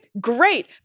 great